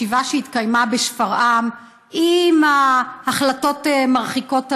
בישיבה שהתקיימה בשפרעם עם ההחלטות מרחיקות הלכת.